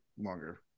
longer